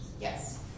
Yes